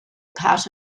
part